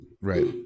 Right